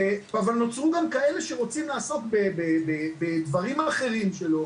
אבל נוצרו גם כאלה שרוצים לעסוק בדברים האחרים שלו,